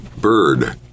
bird